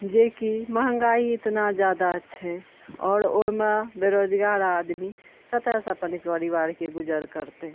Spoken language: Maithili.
जेकि महङ्गाइ इतना जादा छै आओर ओहिमे बेरोजगार आदमी कतऽ सए अपन परिबारके गुजर करतै